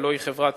הלוא היא חברת